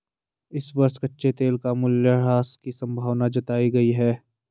इस वर्ष कच्चे तेल का मूल्यह्रास की संभावना जताई गयी है